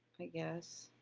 i guess.